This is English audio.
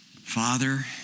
father